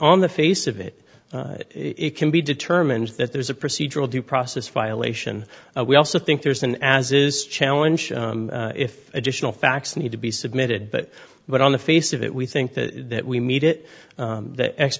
on the face of it it can be determined that there's a procedural due process violation we also think there's an as is challenge if additional facts need to be submitted but but on the face of it we think that we need it the ex